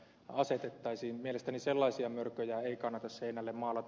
mielestäni sellaisia mörköjä ei kannata seinälle maalata